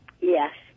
Yes